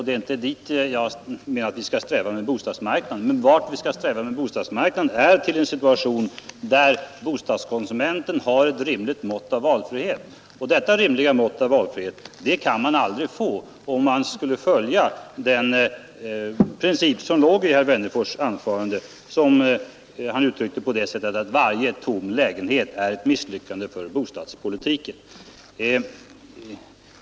Det är inte dit jag menar att vi skall sträva med bostadsmarknaden utan till en situation, där bostadskonsumenten har ett rimligt mått av valfrihet. Detta rimliga mått av valfrihet kan man aldrig få, om man följer den princip som låg i herr Wennerfors” anförande och som han uttryckte på det sättet att varje tom lägenhet är ett misslyckande för bostadspolitiken.